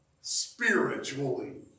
spiritually